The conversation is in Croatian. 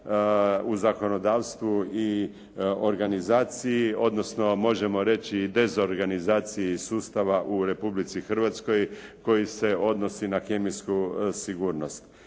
u zakonodavstvu i organizaciji, odnosno možemo reći i dezorganizaciji sustava u Republici Hrvatskoj koji se odnosi na kemijsku sigurnost.